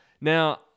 now